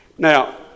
Now